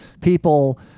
people